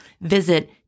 Visit